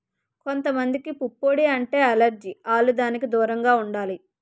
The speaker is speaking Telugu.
కొంత మందికి పుప్పొడి అంటే ఎలెర్జి ఆల్లు దానికి దూరంగా ఉండాలి